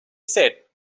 said